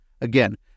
Again